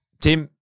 Tim